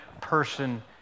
person